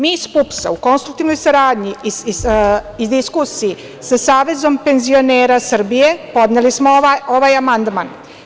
Mi iz PUPS-a u konstruktivnoj saradnji i diskusiji sa Savezom penzionera Srbije podneli smo ovaj amandman.